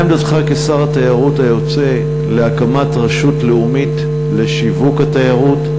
לגבי הקמת רשות לאומית לשיווק התיירות,